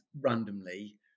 randomly